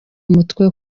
mutwe